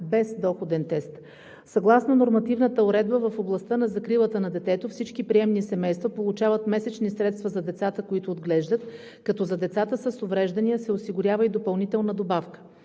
без доходен тест. Съгласно нормативната уредба в областта на закрилата на детето всички приемни семейства получават месечни средства за децата, които отглеждат, като за децата с увреждания се осигурява и допълнителна добавка.